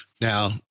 Now